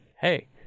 Hey